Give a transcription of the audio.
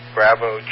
Bravo